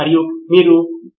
professor ఇంకేముంది